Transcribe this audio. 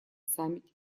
саммите